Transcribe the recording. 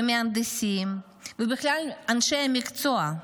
במהנדסים ובכלל באנשי מקצוע.